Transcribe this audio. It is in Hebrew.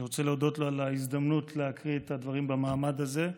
אני רוצה להודות לו על ההזדמנות להקריא את הדברים במעמד הזה,